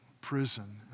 prison